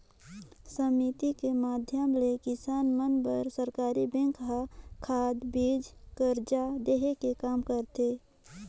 समिति के माधियम ले किसान मन बर सरकरी बेंक हर खाद, बीज, करजा देहे के काम करथे